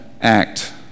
act